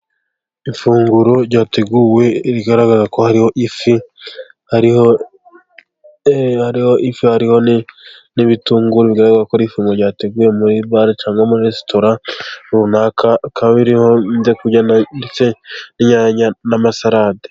Ifunguro ryateguwe rigaragara ko hariho ifi ,hariho ifi, hariho n'ibitunguru, bigaragara ko ari ifunguro ryateguriwe muri bare cyangwa muri resitora runaka, bikaba biriho ibyo kurya ndetse n'inyanya n'amasalade.